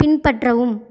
பின்பற்றவும்